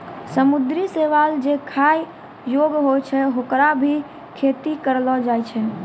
समुद्री शैवाल जे खाय योग्य होय छै, होकरो भी खेती करलो जाय छै